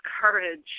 courage